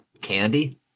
candy